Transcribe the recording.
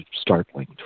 startling